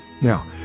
Now